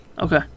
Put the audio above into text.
Okay